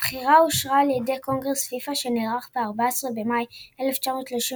הבחירה אושררה על ידי קונגרס פיפ"א שנערך ב-14 במאי 1932,